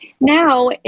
now